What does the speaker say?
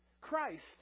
Christ